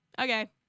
okay